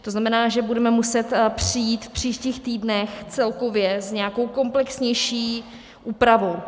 To znamená, že budeme muset přijít v příštích týdnech celkově s nějakou komplexnější úpravou.